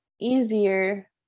easier